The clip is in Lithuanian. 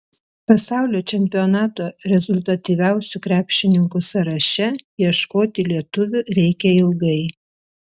pasaulio čempionato rezultatyviausių krepšininkų sąraše ieškoti lietuvių reikia ilgai